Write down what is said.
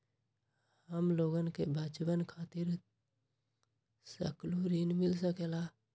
हमलोगन के बचवन खातीर सकलू ऋण मिल सकेला?